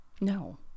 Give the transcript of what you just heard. No